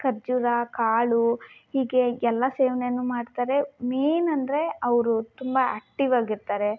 ಖರ್ಜೂರ ಕಾಳು ಹೀಗೆ ಎಲ್ಲ ಸೇವನೆನು ಮಾಡ್ತಾರೆ ಮೇಯ್ನ್ ಅಂದರೆ ಅವರು ತುಂಬಾ ಆ್ಯಕ್ಟಿವಾಗಿ ಇರ್ತಾರೆ